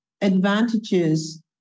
advantages